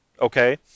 okay